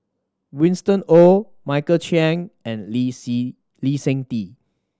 Winston Oh Michael Chiang and Lee Lee Seng Tee